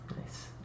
nice